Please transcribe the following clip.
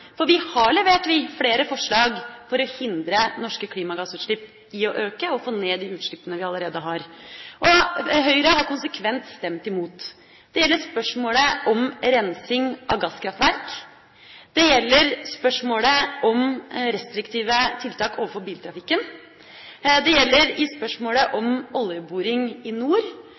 Vi har levert flere forslag for å hindre norske klimagassutslipp i å øke og få ned de utslippene vi allerede har – og Høyre har konsekvent stemt imot. Det gjelder spørsmålet om rensing av gasskraftverk. Det gjelder spørsmålet om restriktive tiltak overfor biltrafikken. Det gjelder i spørsmålet om oljeboring i nord,